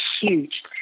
huge